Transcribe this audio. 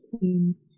teams